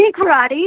karate